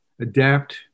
adapt